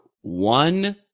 one